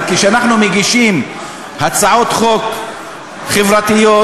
אבל כשאנחנו מגישים הצעות חוק חברתיות,